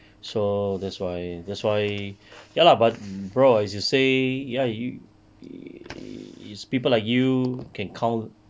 so that's why that's why ya lah but bro as you say ya is people like you can count